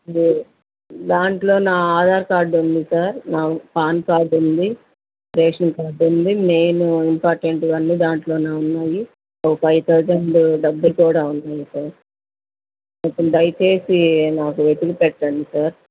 దాంట్లో నా ఆధార్ కార్డు ఉంది సార్ పాన్ కార్డ్ ఉంది రేషన్ కార్డు ఉంది మెయిన్ ఇంపార్టెంట్ అన్ని దాంట్లోనే ఉన్నాయి ఓ ఫైవ్ థౌజండ్ డబ్బులు కూడా ఉన్నాయి సార్ కొంచెం దయచేసి నాకు వెతికి పెట్టండి సార్